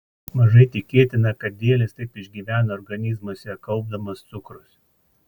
mažai tikėtina kad dėlės taip išgyvena organizmuose kaupdamos cukrus